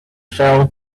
fell